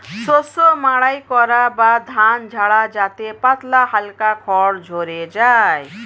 শস্য মাড়াই করা বা ধান ঝাড়া যাতে পাতলা হালকা খড় ঝড়ে যায়